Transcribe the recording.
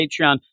Patreon